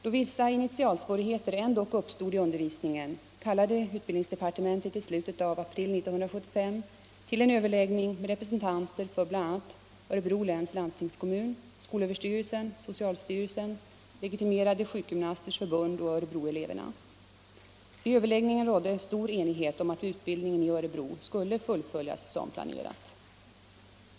Då vissa initialsvårigheter ändock uppstod i undervisningen kallade utbildningsdepartementet i slutet av april 1975 till en överläggning med representanter för bl.a. Örebro läns landstingskommun, skolöverstyrelsen, socialstyrelsen, Legitimerade sjukgymnasters förbund och Örebroeleverna. Vid överläggningen rådde stor enighet om att utbildningen i Örebro skulle fullföljas som planerat.